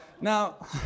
Now